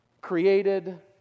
created